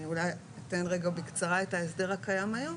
אני אולי אתן רגע בקצרה את ההסדר הקיים כיום,